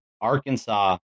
Arkansas